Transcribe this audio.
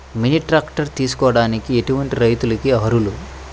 Mini tractor తీసుకోవడానికి ఎటువంటి రైతులకి అర్హులు?